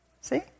See